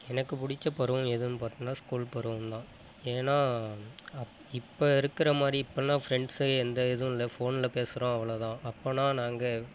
எனக்கு பிடிச்ச பருவம் எதுன்னு பார்த்தீங்கன்னா ஸ்கூல் பருவம்தான் ஏன்னா அப் இப்போ இருக்கிற மாதிரி இப்பெலாம் ஃபிரண்ட்ஸ் எந்த இதுவும் இல்லை ஃபோனில் பேசுகிறோம் அவ்வளோதான் அப்போன்னா நாங்கள்